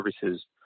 services